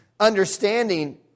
understanding